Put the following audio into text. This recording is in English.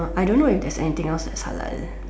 I don't know if there's anything else that's halal